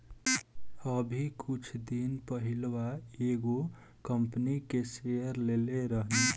अभी कुछ दिन पहिलवा एगो कंपनी के शेयर लेले रहनी